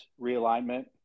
realignment